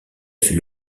fut